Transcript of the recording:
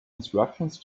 instructions